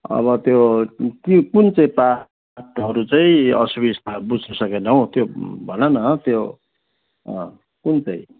अब त्यो के कुन चाहिँ वादहरू चाहिँ असुबिस्ता बुझ्न सकेनौ त्यो भनन् त्यो अँ कुन चाहिँ